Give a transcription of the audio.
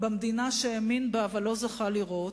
במדינה שהאמין בה אבל לא זכה לראות,